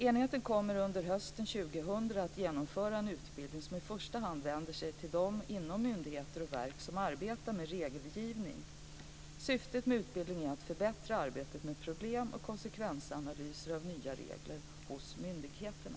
Enheten kommer under hösten 2000 att genomföra en utbildning som i första hand vänder sig till de inom myndigheter och verk som arbetar med regelgivning. Syftet med utbildningen är att förbättra arbetet med problem och konsekvensanalys av nya regler hos myndigheterna.